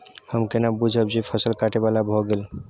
हम केना बुझब जे फसल काटय बला भ गेल?